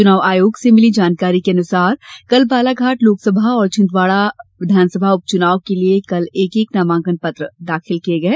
चुनाव आयोग से मिली जानकारी के अनुसार कल बालाघाट लोकसभा और छिन्दवाड़ा विधानसभा उप चुनाव के लिये कल एक एक नामांकन दाखिल किए गए हैं